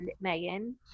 megan